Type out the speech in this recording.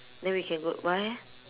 then we can go why eh